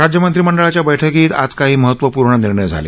राज्य मंत्रीमंडळाच्या बैठकीत आज काही महत्त्वपूर्ण निर्णय झाले